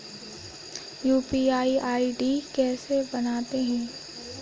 UPI ID कैसे बनाते हैं?